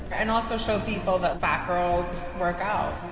and also show people that fat girls work out.